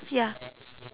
ya